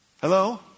Hello